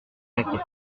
jacquat